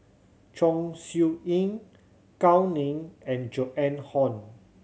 Chong Siew Ying Gao Ning and Joan Hon